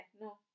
no